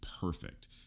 Perfect